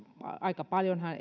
aika paljonhan